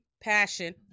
passion